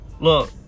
Look